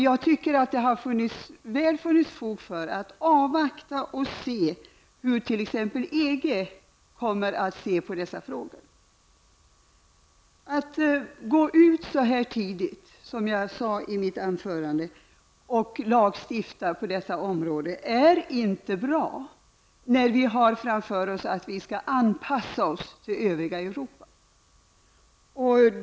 Jag tycker att det har funnits fog för att avvakta och se hur t.ex. EG kommer att ställa sig till dessa frågor. Att gå ut så här tidigt och lagstifta på detta område är, som jag sade i mitt anförande, inte bra, när vi ser att vi har att anpassa oss till det övriga Europa.